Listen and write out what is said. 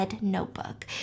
notebook